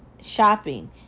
shopping